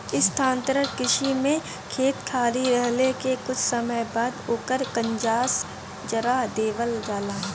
स्थानांतरण कृषि में खेत खाली रहले के कुछ समय बाद ओकर कंजास जरा देवल जाला